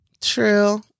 true